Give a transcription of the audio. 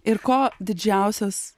ir ko didžiausias